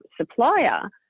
supplier